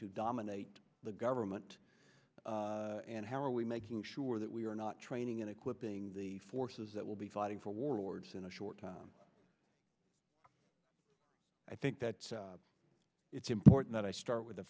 to dominate the government and how are we making sure that we are not training and equipping the forces that will be fighting for warlords in a short time i think that it's important i start with the